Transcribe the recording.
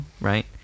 Right